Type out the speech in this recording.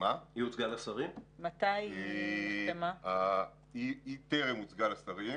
היא טרם הוצגה לשרים.